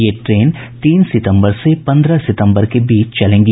ये ट्रेन तीन सितम्बर से पन्द्रह सितम्बर के बीच चलेंगी